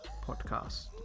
podcast